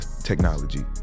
technology